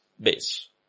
base